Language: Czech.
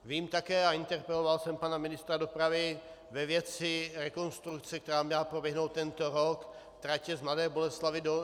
Vím také a interpeloval jsem pana ministra dopravy ve věci rekonstrukce, která měla proběhnout tento rok, tratě z Mladé Boleslavi do Nymburka.